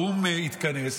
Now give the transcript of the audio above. האו"ם התכנס,